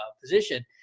position